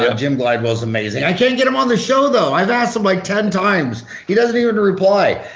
yeah jim glidewell's amazing. i can't get him on the show though i've asked him like ten times he doesn't even reply